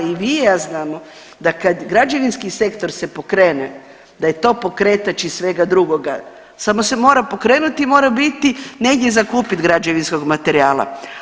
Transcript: I vi i ja znamo da kad građevinski sektor se pokrene da je to pokretač i svega drugoga, samo se mora pokrenuti i mora biti negdje za kupit građevinskog materijala.